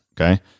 okay